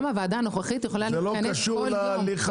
גם הוועדה הנוכחית יכולה להתכנס כל יום.